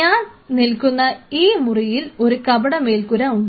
ഞാൻ നിൽക്കുന്ന ഈ മുറിയിൽ ഒരു കപട മേൽക്കൂര ഉണ്ട്